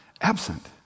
absent